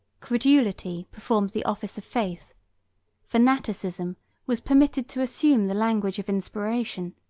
credulity performed the office of faith fanaticism was permitted to assume the language of inspiration,